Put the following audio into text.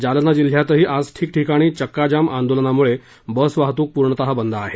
जालना जिल्ह्यातही आज ठीकठिकाणी चक्काजाम आंदोलनामुळे बस वाहतूक पूर्णतः बंद आहे